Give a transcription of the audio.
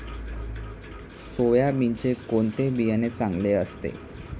सोयाबीनचे कोणते बियाणे चांगले असते?